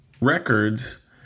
records